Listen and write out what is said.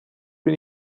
bin